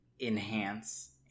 enhance